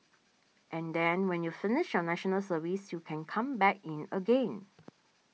and then when you finish your National Service you can come back in again